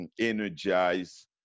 energize